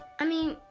i mean,